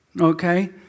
okay